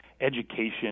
education